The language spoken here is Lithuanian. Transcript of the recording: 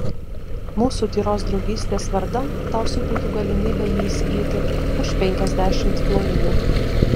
mūsų tyros draugystės vardan tau suteikiu galimybę jį įsigyti už penkiasdešimt florinų